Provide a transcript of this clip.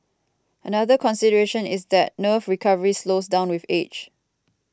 another consideration is that nerve recovery slows down with age